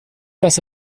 das